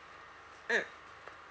mm